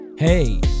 Hey